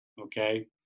okay